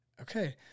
okay